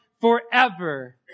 forever